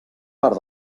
part